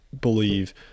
believe